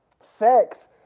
sex